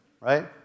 Right